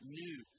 new